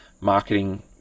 marketing